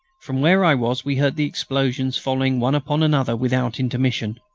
from where i was we heard the explosions following one upon another without intermission.